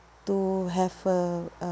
to have a uh